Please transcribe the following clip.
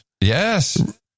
yes